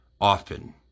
often